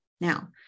Now